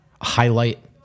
highlight